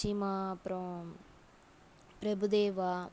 சீமா அப்புறம் பிரபுதேவா